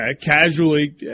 casually